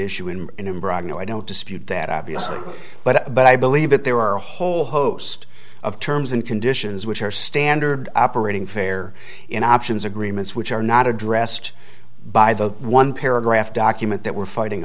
issue and in broad no i don't dispute that obviously but but i believe that there are a whole host of terms and conditions which are standard operating fair in options agreements which are not addressed by the one paragraph document that we're fighting